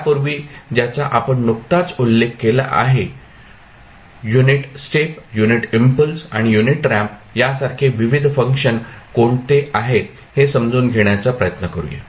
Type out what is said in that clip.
त्यापूर्वी ज्याचा आपण नुकताच उल्लेख केला आहे युनिट स्टेप युनिट इम्पल्स आणि युनिट रॅम्प यासारखे विविध फंक्शन कोणते आहेत हे समजून घेण्याचा प्रयत्न करूया